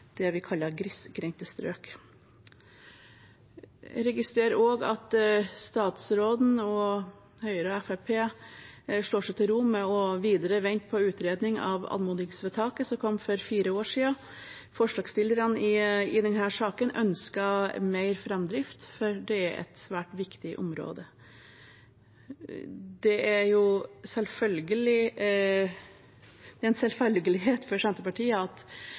det vi kaller «grisgrendte strøk». Jeg registrerer også at statsråden og Høyre og Fremskrittspartiet slår seg til ro med å vente videre på utredning av anmodningsvedtaket som kom for fire år siden. Forslagsstillerne i denne saken ønsker mer framdrift, for det er et svært viktig område. Det er en selvfølgelighet for Senterpartiet at